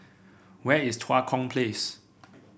where is Tua Kong Place